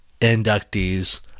inductees